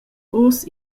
uss